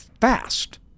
fast